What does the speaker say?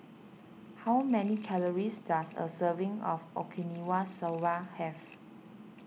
how many calories does a serving of Okinawa Soba have